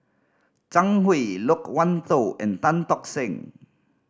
Zhang Hui Loke Wan Tho and Tan Tock Seng